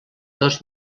dos